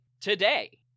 today